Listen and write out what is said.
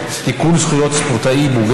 וזה חשוב שיגיע לאנשים שזקוקים לו.